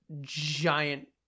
giant